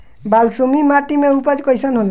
बालसुमी माटी मे उपज कईसन होला?